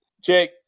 Jake